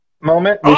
moment